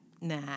Nah